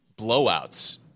blowouts